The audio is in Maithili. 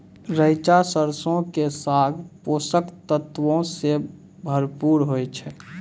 रैचा सरसो के साग पोषक तत्वो से भरपूर होय छै